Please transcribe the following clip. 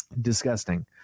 Disgusting